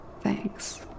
Thanks